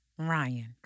Ryan